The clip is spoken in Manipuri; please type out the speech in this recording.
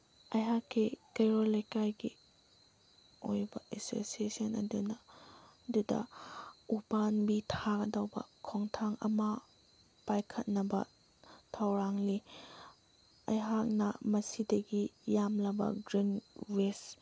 ꯑꯩꯍꯥꯛꯀꯤ ꯀꯩꯔꯣꯜ ꯂꯩꯀꯥꯏꯒꯤ ꯑꯣꯏꯕ ꯑꯦꯁꯣꯁꯤꯌꯦꯁꯟ ꯑꯗꯨꯗ ꯎ ꯄꯥꯝꯕꯤ ꯊꯥꯗꯧꯕ ꯈꯣꯡꯊꯥꯡ ꯑꯃ ꯄꯥꯏꯈꯠꯅꯕ ꯊꯧꯔꯥꯡꯂꯤ ꯑꯩꯍꯥꯛꯅ ꯃꯁꯤꯗꯒꯤ ꯌꯥꯝꯂꯕ ꯒ꯭ꯔꯤꯟ ꯋꯦꯁ